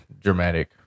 dramatic